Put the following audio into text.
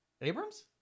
Abrams